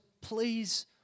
please